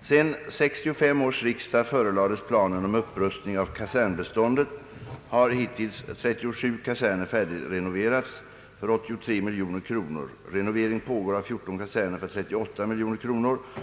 Sedan 1965 års riksdag förelades planen om upprustning av kasernbeståndet har hittills 37 kaserner färdigrenoverats för 83 milj.kr. Renovering pågår av 14 kaserner för 38 milj.kr.